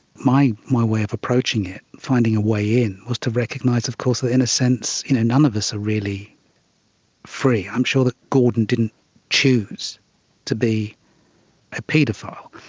my my way of approaching it, finding a way in, was to recognise of course ah in a sense none of us are really free. i'm sure that gordon didn't choose to be a paedophile.